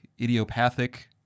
idiopathic